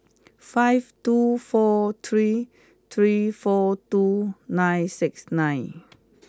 five two four three three four two nine six nine